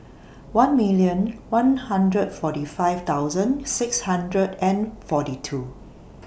one million one hundred forty five thousand six hundred and forty two